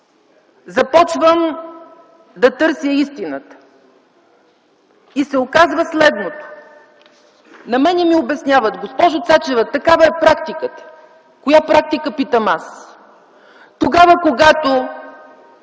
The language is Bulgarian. Започвам да търся истината и се оказва следното. На мен ми обясняват: „Госпожо Цачева, такава е практиката”. Коя практика? – питам аз. Тогава, когато